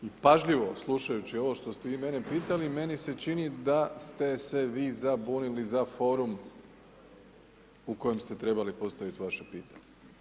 Pažljivo slušajući ovo što ste vi mene pitali meni se čini da ste se vi zabunili za forum u kojem ste trebali postaviti vaše pitanje.